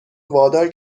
وادار